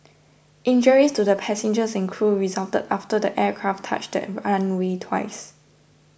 injuries to the passengers and crew resulted after the aircraft touched the runway twice